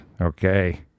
okay